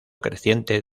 creciente